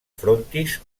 frontis